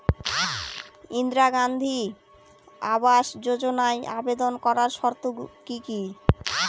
ইন্দিরা গান্ধী আবাস যোজনায় আবেদন করার শর্ত কি কি?